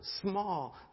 small